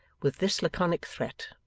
with this laconic threat,